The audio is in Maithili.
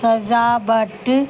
सजावट